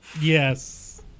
Yes